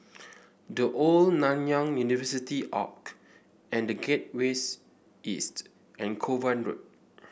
The Old Nanyang University Arch and The Gateways East and Kovan Road